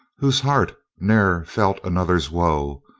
whose heart ne'er felt another's woe,